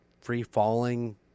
free-falling